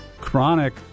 chronic